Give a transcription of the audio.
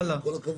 הלאה.